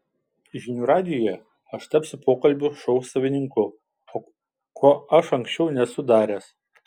žinių radijuje aš tapsiu pokalbių šou savininku ko aš anksčiau nesu daręs